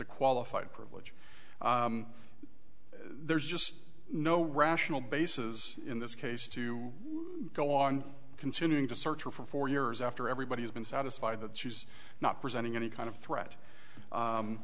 a qualified privilege there's just no rational basis in this case to go on continuing to search for four years after everybody has been satisfied that she's not presenting any kind of threat